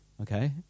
Okay